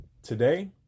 Today